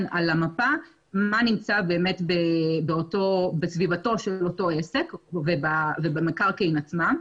על המפה מה נמצא באמת בסביבתו של אותו עסק ובמקרקעין עצמם,